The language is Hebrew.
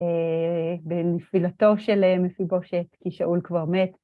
בנפילתו של מפיבושת, כי שאול כבר מת,